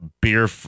beer